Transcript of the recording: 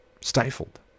stifled